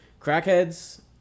crackheads